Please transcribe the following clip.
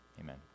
Amen